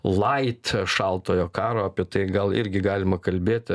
lait šaltojo karo apie tai gal irgi galima kalbėti